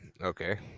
Okay